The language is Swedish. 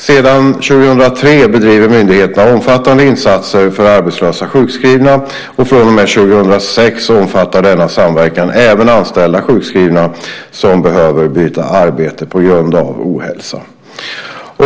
Sedan 2003 bedriver myndigheterna omfattande insatser för arbetslösa sjukskrivna, och från och med 2006 omfattar denna samverkan även anställda sjukskrivna som behöver byta arbete på grund av ohälsa.